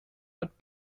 mit